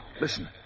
Listen